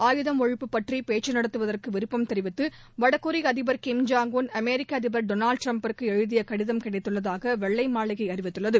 ஆயுதம் ஒழிப்பு பற்றி பேச்சு நடத்துவதற்கு விருப்பம் தெரிவித்து வடகொரிய அதிபர் கிம் ஜாங் உன் அமெிக்க அதிபர் டொனால்ட் ட்ரம்ப் க்கு எழுதிய கடிதம் கிடைத்துள்ளதாக வெள்ளை மாளிகை அறிவித்துள்ளது